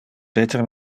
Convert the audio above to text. peter